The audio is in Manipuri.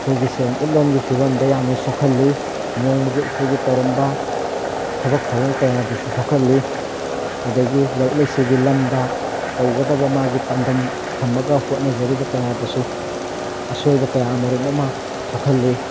ꯑꯩꯈꯣꯏꯒꯤ ꯁꯦꯟꯃꯤꯠꯂꯣꯟꯒꯤ ꯐꯤꯕꯝꯗ ꯌꯥꯝꯅ ꯁꯣꯛꯍꯜꯂꯤ ꯅꯣꯡꯃꯒꯤ ꯑꯩꯈꯣꯏꯒꯤ ꯇꯧꯔꯝꯕ ꯊꯕꯛ ꯊꯧꯔꯝ ꯀꯌꯥꯗꯁꯨ ꯁꯣꯛꯍꯜꯂꯤ ꯑꯗꯒꯤ ꯂꯥꯏꯔꯤꯛ ꯂꯥꯏꯁꯨꯒꯤ ꯂꯝꯗ ꯇꯧꯒꯗꯕ ꯃꯥꯒꯤ ꯄꯥꯟꯗꯝ ꯊꯝꯃꯒ ꯍꯣꯠꯅꯖꯔꯤꯕ ꯀꯌꯥꯗꯁꯨ ꯑꯁꯣꯏꯕ ꯀꯌꯥ ꯃꯔꯨꯝ ꯑꯃ ꯊꯣꯛꯍꯜꯂꯤ